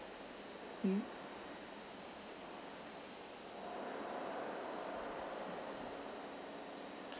mm